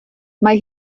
mae